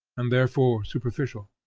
and therefore superficial.